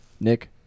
Nick